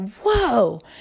whoa